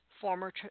former